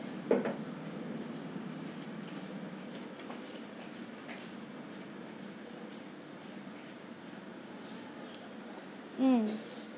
mm